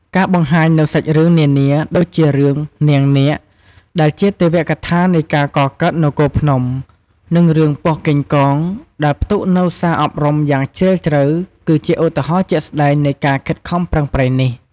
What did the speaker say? ការបង្ហាញនូវសាច់រឿងនានាដូចជារឿង "នាងនាគ" ដែលជាទេវកថានៃការកកើតនគរភ្នំ និងរឿង "ពស់កេងកង" ដែលផ្ទុកនូវសារអប់រំយ៉ាងជ្រាលជ្រៅ គឺជាឧទាហរណ៍ជាក់ស្ដែងនៃការខិតខំប្រឹងប្រែងនេះ។